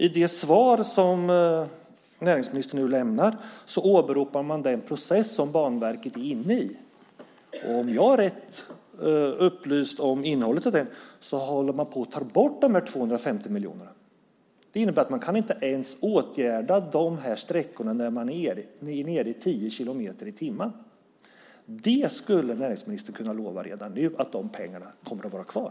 I det svar som näringsministern nu lämnar åberopar hon den process som Banverket är inne i, och om jag är rätt upplyst om innehållet i den håller man på att ta bort dessa 250 miljoner. Det innebär att man inte ens kan åtgärda dessa sträckor där man är nere i tio kilometer i timmen. Det borde näringsministern kunna lova redan nu - att de pengarna kommer att vara kvar.